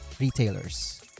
retailers